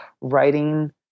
writing